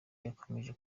yakomeje